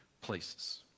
places